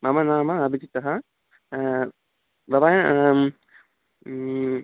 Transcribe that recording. मम नाम अभिजितः भवान्